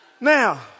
Now